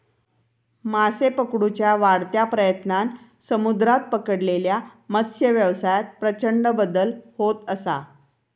मासे पकडुच्या वाढत्या प्रयत्नांन समुद्रात पकडलेल्या मत्सव्यवसायात प्रचंड बदल होत असा